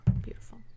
Beautiful